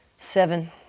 seven.